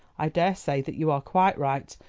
i daresay that you are quite right,